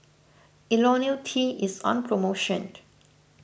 Ionil T is on promotion